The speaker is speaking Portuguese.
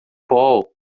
paul